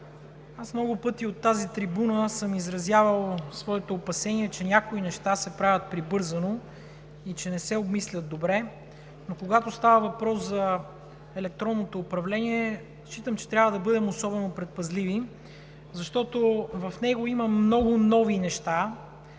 аз много пъти от тази трибуна съм изразявал своето опасение, че някои неща се правят прибързано и не се обмислят добре, но когато става въпрос за електронното управление, считам, че трябва да бъдем особено предпазливи. В него има много нови неща,